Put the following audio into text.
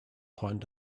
point